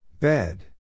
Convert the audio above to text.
Bed